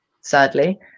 sadly